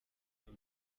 uko